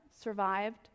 survived